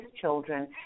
children